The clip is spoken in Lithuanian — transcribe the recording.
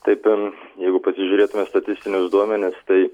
tai per jeigu pasižiūrėtume statistinius duomenis tai